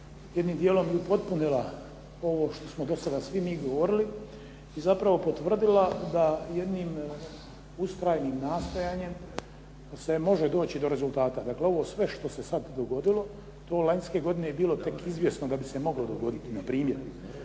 jednim dijelom i upotpunila ovo što smo do sada svi mi govorili i zapravo potvrdila da jednim ustrajnim nastojanjem se može doći do rezultata. Dakle, ovo sve što se sad dogodilo, to lanjske godine je bilo tek izvjesno da bi se moglo dogoditi npr.